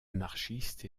anarchistes